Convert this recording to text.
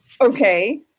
Okay